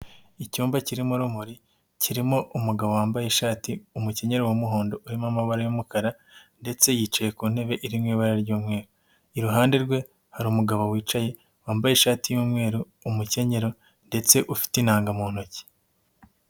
Icyumba kirimo urumuri kirimo umugabo wambaye ishati, umukenyero w'umuhondo urimo amabara y'umukara ndetse yicaye ku ntebe iri mu ibara ry'mweru, iruhande rwe hari umugabo wicaye wambaye ishati y'umweru, umukenyero ndetse ufite inanga mu ntoki.